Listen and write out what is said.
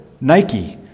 Nike